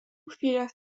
chwilę